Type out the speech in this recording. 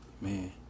man